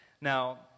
Now